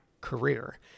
career